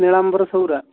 Nilambar Saura